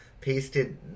pasted